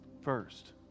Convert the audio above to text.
First